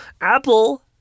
Apple